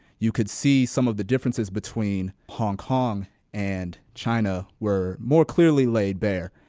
you could see some of the differences between hong kong and china were more clearly laid bare.